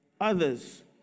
others